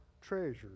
treasures